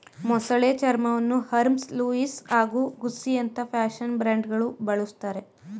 ಮೊಸಳೆ ಚರ್ಮವನ್ನು Hermes Louis ಹಾಗೂ ಗುಸ್ಸಿಯಂತ ಫ್ಯಾಷನ್ ಬ್ರ್ಯಾಂಡ್ಗಳು ಬಳುಸ್ತರೆ